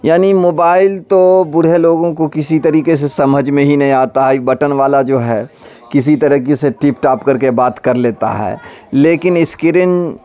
یعنی موبائل تو بوڑھے لوگوں کو کسی طریقے سے سمجھ میں ہی نہیں آتا ہے ایک بٹن والا جو ہے کسی طریقے سے ٹپ ٹاپ کر کے بات کر لیتا ہے لیکن اسکرین